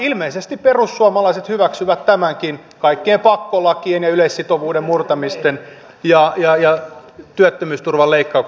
ilmeisesti perussuomalaiset hyväksyvät tämänkin kaikkien pakkolakien ja yleissitovuuden murtamisten ja työttömyysturvan leikkauksen ohella